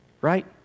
right